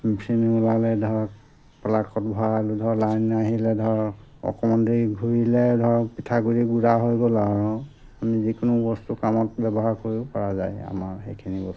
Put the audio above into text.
মেচিনো ওলালে ধৰক পলাকত ভৰালো ধৰ লাইন আহিলে ধৰ অকণমান দেৰি ঘূৰিলে ধৰক পিঠাগুড়ি গুড়া হৈ গ'ল আৰু আমি যিকোনো বস্তু কামত ব্যৱহাৰ কৰিব পৰা যায় আমাৰ সেইখিনি বস্তুৱে